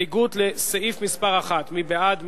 לסעיף 1. מי בעד?